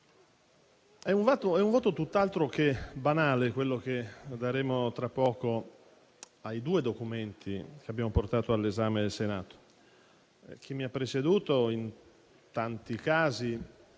è un voto tutt'altro che banale quello che esprimeremo tra poco sui due documenti che abbiamo portato all'esame del Senato. Chi mi ha preceduto, in tanti casi